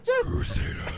Crusader